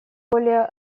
более